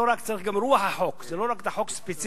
צריך גם את רוח החוק ולא רק את החוק ספציפית,